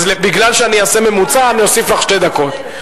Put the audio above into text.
אז אני אעשה ממוצע ואוסיף לך שתי דקות.